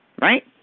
Right